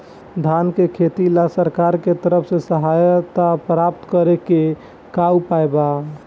धान के खेती ला सरकार के तरफ से सहायता प्राप्त करें के का उपाय बा?